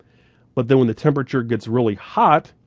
but then when the temperature gets really hot,